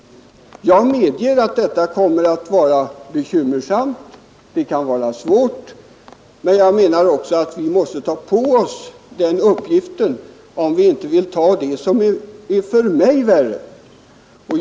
Jag medger att detta kommer att bli bekymmersamt. Det kan vara svårt att genomföra. Men jag menar också att vi måste ta på oss den uppgiften, om vi inte vill välja det som för mig är värre.